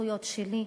הזכויות שלי,